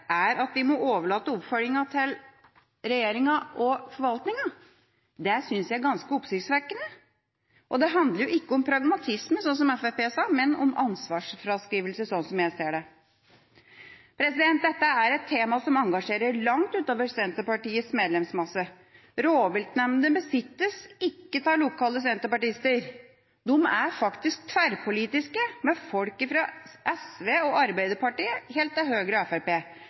er at vi må overlate oppfølginga til regjeringa og forvaltninga. Det synes jeg er ganske oppsiktsvekkende. Det handler ikke om pragmatisme, slik som Fremskrittspartiet sa, men om ansvarsfraskrivelse, slik som jeg ser det. Dette er et tema som engasjerer langt utover Senterpartiets medlemsmasse. Rovviltnemndene besittes ikke av lokale senterpartister. De er faktisk tverrpolitiske, med folk fra SV og Arbeiderpartiet og helt til Høyre og